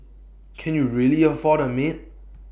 can you really afford A maid